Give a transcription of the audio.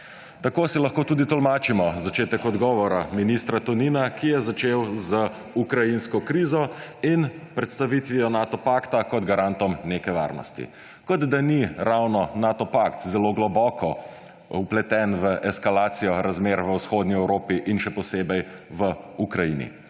Tako si lahko tudi tolmačimo začetek odgovora ministra Tonina, ki je začel z ukrajinsko krizo in predstavitvijo Nato pakta kot garanta neke varnosti. Kot da ni ravno Nato pakt zelo globoko vpleten v eskalacijo razmer v vzhodni Evropi in še posebej v Ukrajini.